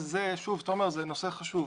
תומר, זה נושא חשוב.